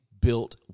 built